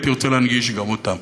והייתי רוצה להנגיש גם אותם.